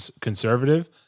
conservative